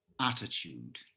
attitude